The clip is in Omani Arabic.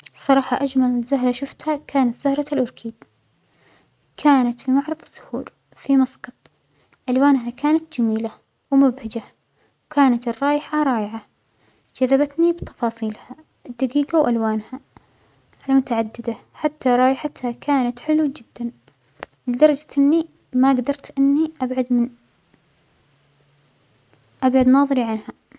الصراحة أجمل زهرة شوفتها كانت زهرة الأوركيد، كانت في معرض الزهور في مسقط، ألوانها كانت جميلة ومبهجة وكانت الرائحة رائعة جذبتنى بتفاصيلها الدقيقة وألوانها المتعددة حتى رائحتها كانت حلوة جدا لدرجة إنى ما قدرت إنى أبعد من أبعد نظرى عنها.